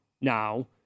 now